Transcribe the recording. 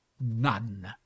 none